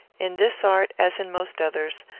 in this art, as in most others,